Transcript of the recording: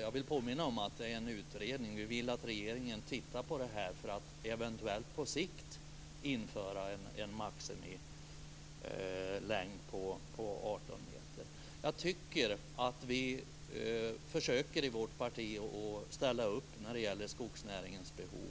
Jag vill påminna om att vi vill att det ska tillsättas en utredning. Vi vill att regeringen tittar på det här för att eventuellt på sikt införa en maximilängd på 18 meter. Jag tycker att vi i vårt parti försöker att ställa upp för skogsnäringens behov.